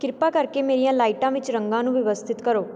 ਕਿਰਪਾ ਕਰਕੇ ਮੇਰੀਆਂ ਲਾਈਟਾਂ ਵਿੱਚ ਰੰਗਾਂ ਨੂੰ ਵਿਵਸਥਿਤ ਕਰੋ